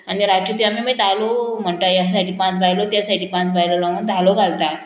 आनी रातची आमी मागीर धालो म्हणटा ह्या सायडी पांच बायलो त्या सायडी पांच बायलो लागोन धालो घालता